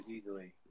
easily